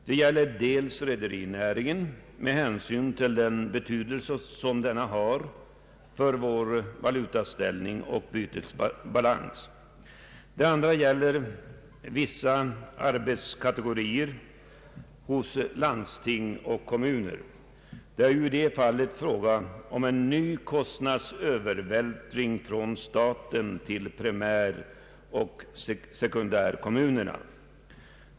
Det gäller dels rederinäringen med hänsyn till den betydelse som denna har för vår valutaställning och bytesbalans, dels vissa arbetskategorier hos landsting och kommuner. Det är ju i det senare faliet fråga om en ny kostnadsövervältring från staten till primäroch sekundärkommuner.